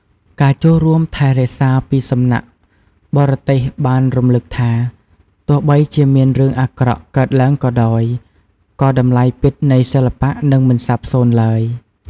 ការចូលរួមថែរក្សាពីសំណាក់បរទេសបានរំឭកថា ទោះបីជាមានរឿងអាក្រក់កើតឡើងក៏ដោយ ក៏តម្លៃពិតនៃសិល្បៈនឹងមិនសាបសូន្យឡើយ។